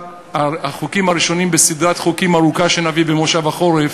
החוקים הראשונים בסדרת חוקים ארוכה שנביא במושב החורף,